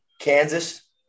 Kansas